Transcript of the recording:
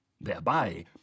thereby